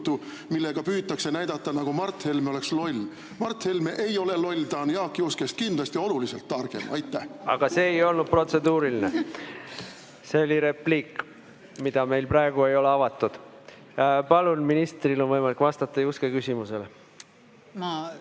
millega püütakse näidata, nagu Mart Helme oleks loll. Mart Helme ei ole loll, ta on Jaak Juskest kindlasti oluliselt targem. Aitäh! Aga see ei olnud protseduuriline. See oli repliik, mida meil praegu ei ole avatud. Palun! Ministril on võimalik vastata Juske küsimusele.